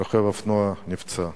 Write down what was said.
רוכב אופנוע נפצע,